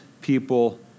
people